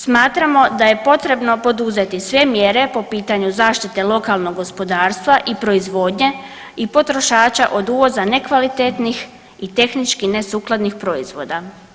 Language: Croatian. Smatramo da je potrebno poduzeti sve mjere po pitanju zaštite lokalnog gospodarstva i proizvodnje i potrošača od uvoza nekvalitetnih i tehnički nesukladnih proizvoda.